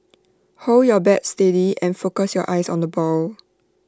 hold your bat steady and focus your eyes on the ball